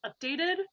updated